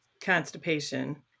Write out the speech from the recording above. constipation